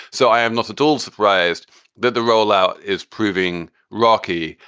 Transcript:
so i i'm not at all surprised that the rollout is proving rocky.